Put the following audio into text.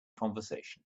conversation